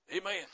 Amen